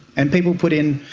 and people put in,